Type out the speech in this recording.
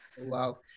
wow